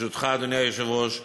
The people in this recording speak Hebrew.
ברשותך, אדוני היושב-ראש,